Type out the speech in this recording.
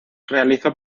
realizó